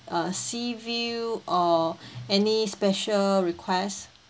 a sea view or any special requests